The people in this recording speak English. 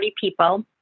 people